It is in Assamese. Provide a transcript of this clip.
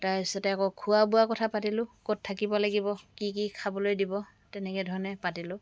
তাৰপিছতে আকৌ খোৱা বোৱা কথা পাতিলোঁ ক'ত থাকিব লাগিব কি কি খাবলৈ দিব তেনেকুৱা ধৰণে পাতিলোঁ